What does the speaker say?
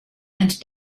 and